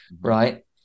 right